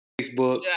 Facebook